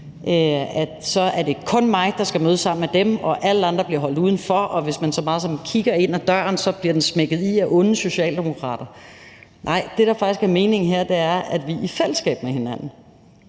at det kun er mig, der skal mødes med dem, at alle andre bliver holdt udenfor, og at hvis man så meget som kigger ind ad døren, bliver den smækket i af onde socialdemokrater. Nej, det, der faktisk er meningen her, er, at vi i fællesskab med hinanden,